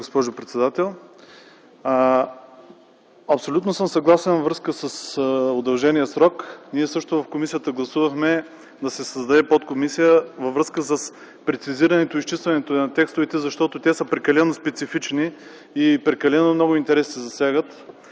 Абсолютно съм съгласен с удължения срок. Ние в комисията гласувахме да се създаде подкомисия във връзка с прецизирането и изчистването на текстовете, защото те са прекалено специфични и се засягат много интереси, за което